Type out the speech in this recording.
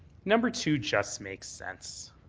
number two just makes sense.